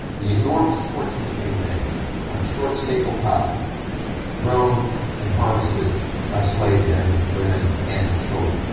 the enormous fortunes being made on short staple cotton grown and harvested by slave men, women, and children.